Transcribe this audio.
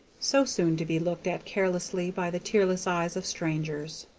so soon to be looked at carelessly by the tearless eyes of strangers.